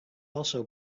also